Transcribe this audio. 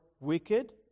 wicked